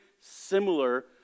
similar